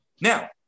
Now